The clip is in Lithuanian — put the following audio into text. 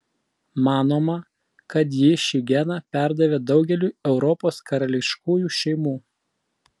manoma kad ji šį geną perdavė daugeliui europos karališkųjų šeimų